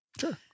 Sure